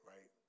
Right